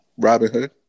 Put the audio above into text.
Robinhood